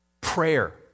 prayer